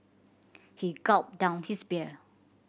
he gulped down his beer